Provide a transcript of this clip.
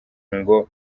ngo